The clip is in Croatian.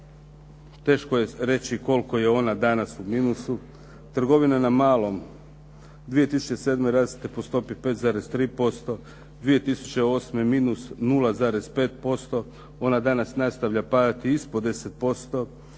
Teško je reći koliko je ona danas u minusu, trgovina na malom 2007. raste po stopi 5,3%, 2008. minus 0,5%, ona danas nastavlja padati ispod 10%,